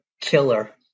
killer